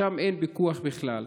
שם אין פיקוח בכלל.